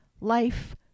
life